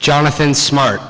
jonathan smart